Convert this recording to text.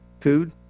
food